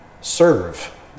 serve